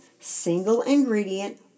single-ingredient